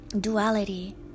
duality